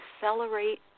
accelerate